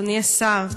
אדוני השר,